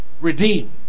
redeem